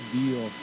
deal